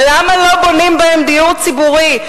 למה לא בונים בהם דיור ציבורי?